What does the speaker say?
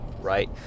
right